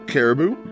Caribou